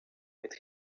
with